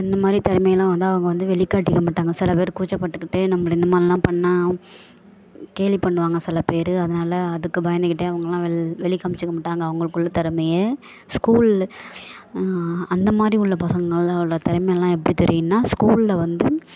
அந்தமாதிரி திறமை எல்லாம் வந்து அவங்க வந்து வெளிக்காட்டிக்க மாட்டாங்க சில பேர் கூச்சப்பட்டுக்கிட்டு நம்மள இந்தமாதிரிலாம் பண்ணுனால் கேலி பண்ணுவாங்க சில பேர் அதனால் அதுக்கு பயந்துக்கிட்டே அவங்கள்லாம் வெள் வெளி காண்மிச்சிக்க மாட்டாங்க அவங்களுக்குள்ளே திறமைய ஸ்கூல் அந்தமாதிரி உள்ள பசங்களோடய திறமை எல்லாம் எப்படி தெரியுன்னால் ஸ்கூலில் வந்து